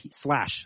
slash